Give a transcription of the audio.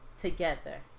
together